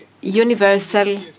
universal